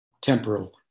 temporal